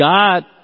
God